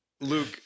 Luke